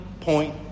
point